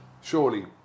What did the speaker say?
surely